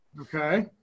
Okay